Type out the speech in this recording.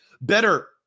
Better